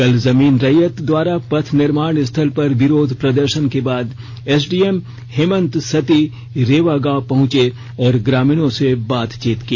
कल जमीन रैयत द्वारा पथ निर्माण स्थल पर विरोध प्रदर्शन के बाद एसडीएम हेमंत सती रेवा गांव पहुंचे और ग्रामीणों से बातचीत की